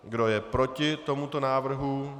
Kdo je proti tomuto návrhu?